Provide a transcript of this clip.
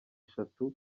eshatu